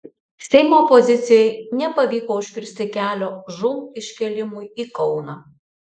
seimo opozicijai nepavyko užkirsti kelio žūm iškėlimui į kauną